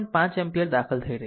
5 ampere દાખલ થઈ રહી છે